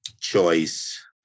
Choice